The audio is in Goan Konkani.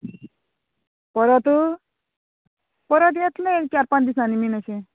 परत परत येतले चार पांच दिसांनी बीन अशें